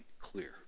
clear